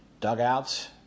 Dugouts